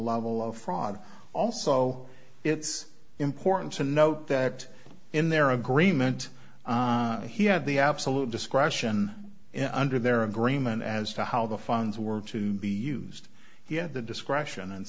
level of fraud also it's important to note that in their agreement he had the absolute discretion under their agreement as to how the funds were to be used he had the discretion and